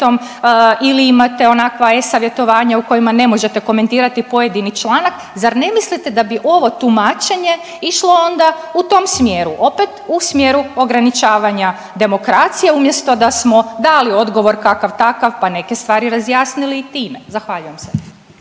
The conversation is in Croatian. ili imate onakva e-savjetovanja u kojima ne možete komentirati pojedini članak. Zar ne mislite da bi ovo tumačenje išlo onda u tom smjeru? Opet u smjeru ograničavanja demokracije umjesto da smo dali odgovor kakav takav pa neke stvari razjasnili i time. Zahvaljujem se.